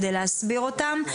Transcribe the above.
כדי להסביר אותם.